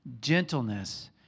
gentleness